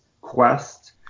quest